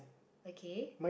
okay